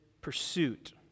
pursuit